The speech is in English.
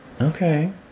Okay